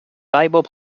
valuable